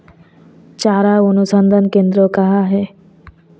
चारा अनुसंधान केंद्र कहाँ है?